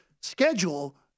schedule